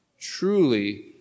truly